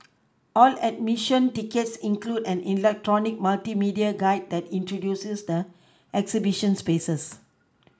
all admission tickets include an electronic multimedia guide that introduces the exhibition spaces